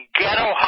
ghetto